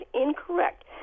incorrect